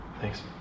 Thanks